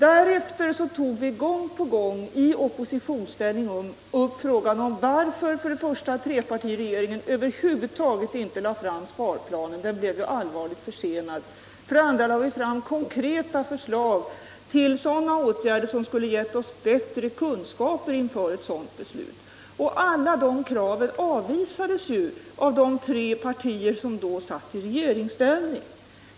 Därefter tog vi för det första i oppositionsställning gång på gång upp frågan om varför trepartiregeringen över huvud taget inte lade fram sparplanen —-den blev ju allvarligt försenad — och för det andra lade vi fram konkreta förslag till åtgärder som skulle ha gett oss bättre kunskaper inför ett sådant beslut. Alla våra krav avvisades dock av de tre partier som då satt i regeringsställning.